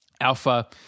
Alpha